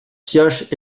pioches